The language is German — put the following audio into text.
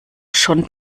schon